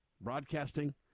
Broadcasting